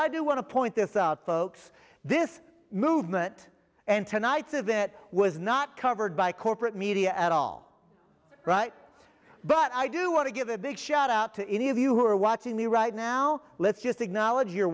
i do want to point this out folks this movement and tonight's of that was not covered by corporate media at all right but i do want to give a big shout out to any of you who are watching me right now let's just acknowledge you're